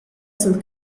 sul